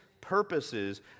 purposes